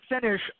finish